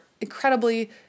incredibly